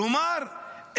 כלומר,